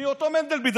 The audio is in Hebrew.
מאותו מנדלבליט.